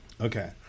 Okay